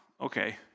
okay